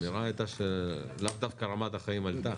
האמירה הייתה שלאו דווקא רמת החיים עלתה.